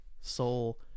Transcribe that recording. soul